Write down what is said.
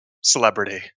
celebrity